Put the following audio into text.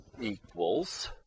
equals